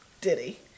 Diddy